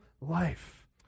life